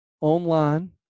online